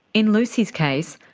in lucy's case,